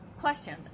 questions